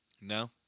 No